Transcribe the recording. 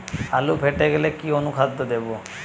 আলু ফেটে গেলে কি অনুখাদ্য দেবো?